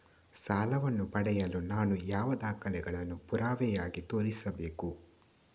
ಸಾಲವನ್ನು ಪಡೆಯಲು ನಾನು ಯಾವ ದಾಖಲೆಗಳನ್ನು ಪುರಾವೆಯಾಗಿ ತೋರಿಸಬೇಕು?